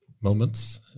moments